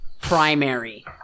Primary